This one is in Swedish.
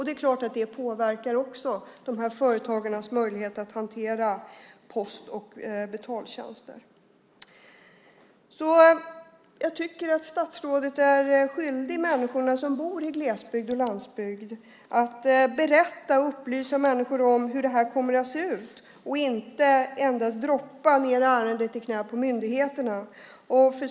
Det är klart att detta också påverkar företagarnas möjligheter att hantera post och betaltjänster. Jag tycker alltså att statsrådet är skyldig människorna som bor i glesbygd och landsbygd att berätta och upplysa dem om hur det här kommer att se ut och inte endast droppa ärendet i knäet på myndigheterna.